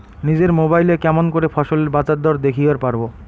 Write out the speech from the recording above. নিজের মোবাইলে কেমন করে ফসলের বাজারদর দেখিবার পারবো?